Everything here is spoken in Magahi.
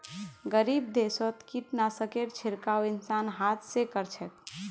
गरीब देशत कीटनाशकेर छिड़काव इंसान हाथ स कर छेक